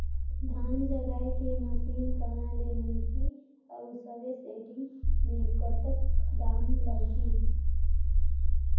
धान जगाय के मशीन कहा ले मिलही अउ सब्सिडी मे कतेक दाम लगही?